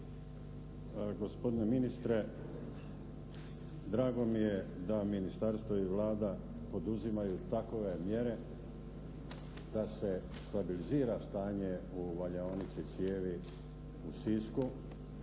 Gospodine ministre drago mi je da ministarstvo i Vlada poduzimaju takove mjere da se stabilizira stanje u valjaonici cijevi u Sisku,